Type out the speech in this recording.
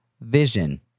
Vision